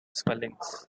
spellings